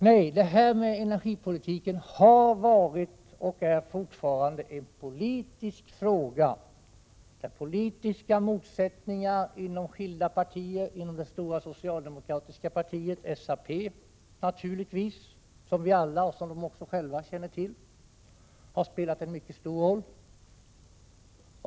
Nej, energipolitiken har varit och är fortfarande en politisk fråga, där politiska motsättningar inom skilda partier spelat stor roll. Vi känner alla till de motsättningar som finns inom det stora socialdemokratiska partiet SAP.